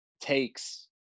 takes